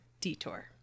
DETOUR